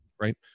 Right